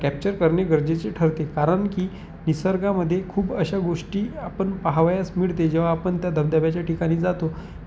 capture करणे गरजेचे ठरते कारण की निसर्गामध्ये खूप अशा गोष्टी आपण पहावयास मिळते जेव्हा आपण त्या धबधब्याच्या ठिकाणी जातो